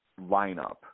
lineup